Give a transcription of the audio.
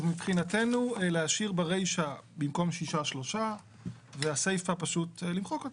מבחינתנו להשאיר ברישה במקום 3 יהיה 6 והסיפה פשוט למחוק אותה.